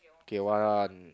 okay one